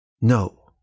No